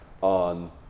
on